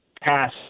pass